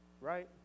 Right